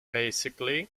basically